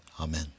Amen